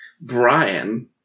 Brian